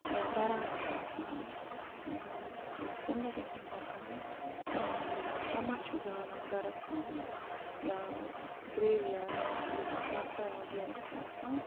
یا برات چھِ آسان تہٕ تَمہِ دۄہ کیٛاہ چھِ اِنسان کران تَمہِ دۄہ چھِ اِنسان شمع چھُ زالان گَرَس منٛز یا گرٛیو یارڈ یعنی کہِ یِم اَسہِ مقبَر وغیرہ چھُ آسان